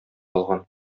алган